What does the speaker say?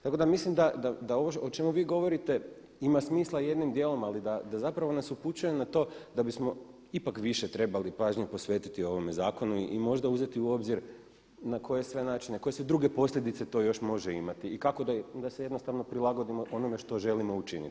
Tako da mislim da ovo o čemu vi govorite ima smisla jednim dijelom ali da zapravo nas upućuje na to da bismo ipak više trebali pažnje posvetiti ovome zakonu i možda uzeti u obzir na koje sve načine, koje sve druge posljedice to još može imati i kako da se jednostavno prilagodimo onome što želimo učiniti.